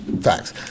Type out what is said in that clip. Facts